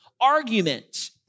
argument